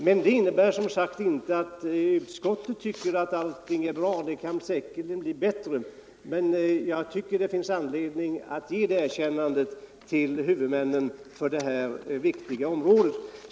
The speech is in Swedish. Detta innebär dock som sagt inte att utskottet anser att allt är bra. Det kan säkerligen bli bättre även om det finns anledning att nu ge ett erkännande åt huvudmännen på detta område.